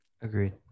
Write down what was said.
Agreed